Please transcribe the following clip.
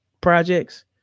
projects